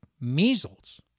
measles